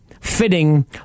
fitting